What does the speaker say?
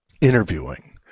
interviewing